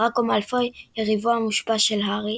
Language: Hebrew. דראקו מאלפוי – יריבו המושבע של הארי.